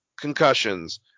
concussions